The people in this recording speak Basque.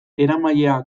eramailea